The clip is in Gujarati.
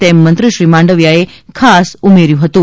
તેમ મંત્રીશ્રી માંડવીયાએ ખાસ ઉમેર્યું હતું